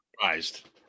surprised